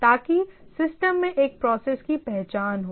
ताकि सिस्टम में एक प्रोसेस की पहचान हो